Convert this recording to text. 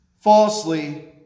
falsely